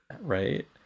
Right